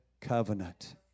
covenant